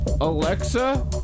Alexa